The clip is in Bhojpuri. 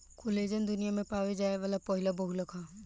कोलेजन दुनिया में पावल जाये वाला पहिला बहुलक ह